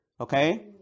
okay